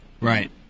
Right